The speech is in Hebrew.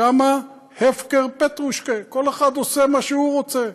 שם הפקר פטרושקה, כל אחד עושה מה שהוא רוצה,